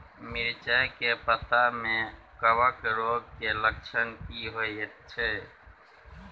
मिर्चाय के पत्ता में कवक रोग के लक्षण की होयत छै?